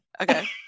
Okay